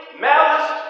malice